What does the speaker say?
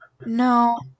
No